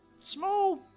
small